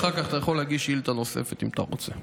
אחר כך אתה יכול להגיש שאילתה נוספת אם אתה רוצה.